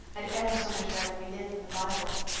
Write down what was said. i'd ever so much rather read it than the bible.